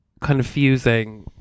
confusing